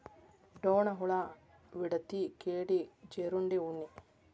ಡೋಣ ಹುಳಾ, ವಿಡತಿ, ಕೇಡಿ, ಜೇರುಂಡೆ, ಉಣ್ಣಿ